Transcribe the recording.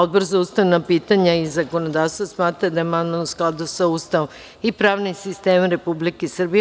Odbor za ustavna pitanja i zakonodavstvo smatra da je amandman u skladu sa Ustavom i pravnim sistemom Republike Srbije.